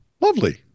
Lovely